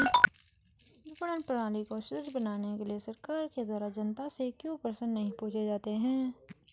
विपणन प्रणाली को सुदृढ़ बनाने के लिए सरकार के द्वारा जनता से क्यों प्रश्न नहीं पूछे जाते हैं?